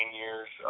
years